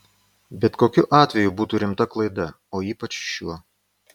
bet kokiu atveju būtų rimta klaida o ypač šiuo